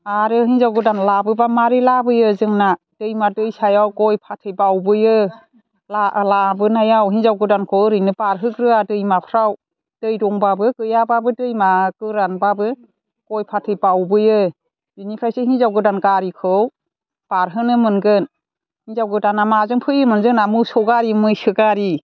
आरो हिनजाव गोदान लाबोब्ला मारै लाबोयो जोंना दैमा दैसायाव गय फाथै बावबोयो लाबोनायाव हिनजाव गोदानखौ ओरैनो बारहोग्रोआ दैमाफ्राव दै दंब्लाबो गैयाब्लाबो दैमा गोरानब्लाबो गय फाथै बावबोयो बिनिफ्रायसो हिनजाव गोदान गारिखौ बारहोनो मोनगोन हिनजाव गोदानआ माजों फैयोमोन जोंना मोसौ गारि मैसो गारि